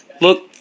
look